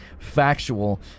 Factual